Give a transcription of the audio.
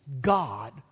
God